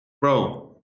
bro